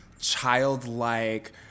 childlike